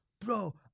Bro